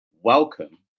Welcome